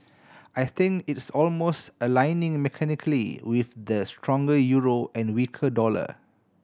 I think it's almost aligning mechanically with the stronger euro and weaker dollar